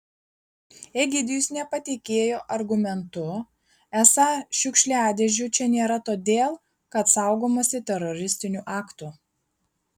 egidijus nepatikėjo argumentu esą šiukšliadėžių čia nėra todėl kad saugomasi teroristinių aktų